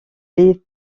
les